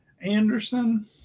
Anderson